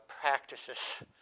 practices